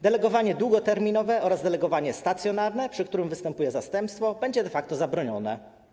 Delegowanie długoterminowe oraz delegowanie stacjonarne, przy którym występuje zastępstwo, będzie de facto zabronione.